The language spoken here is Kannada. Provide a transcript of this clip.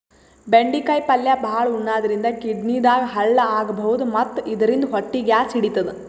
ಬೆಂಡಿಕಾಯಿ ಪಲ್ಯ ಭಾಳ್ ಉಣಾದ್ರಿನ್ದ ಕಿಡ್ನಿದಾಗ್ ಹಳ್ಳ ಆಗಬಹುದ್ ಮತ್ತ್ ಇದರಿಂದ ಹೊಟ್ಟಿ ಗ್ಯಾಸ್ ಹಿಡಿತದ್